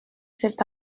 cet